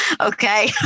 okay